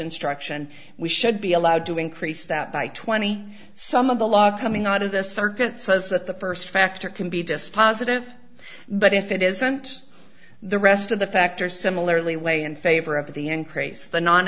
instruction we should be allowed to increase that by twenty some of the law coming out of the circuit says that the first factor can be dispositive but if it isn't the rest of the factors similarly weigh in favor of the increase the non